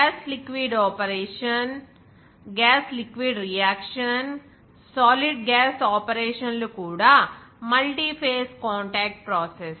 gas liquid operation gas liquid reaction solid gas ఆపరేషన్లు కూడా multi phase contact process